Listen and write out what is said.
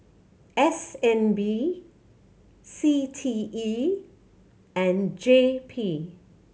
S N B C T E and J P